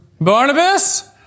Barnabas